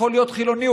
יכול להיות חילוני,